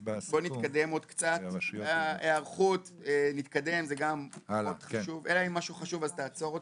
בוא נתקדם, אלא אם זה משהו חשוב אז תעצור אותי.